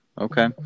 Okay